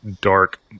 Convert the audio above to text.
dark